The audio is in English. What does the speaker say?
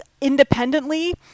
independently